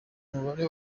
umubare